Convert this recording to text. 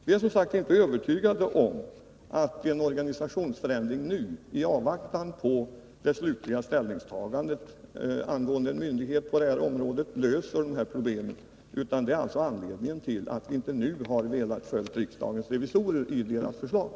Vi är som sagt inte övertygade om att en organisationsförändring nu, i avvaktan på det slutliga ställningstagandet angående en myndighet på det här området, löser dessa problem. Det är alltså anledningen till att vi inte nu har velat följa det förslag som framlagts av riksdagens revisorer.